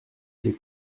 les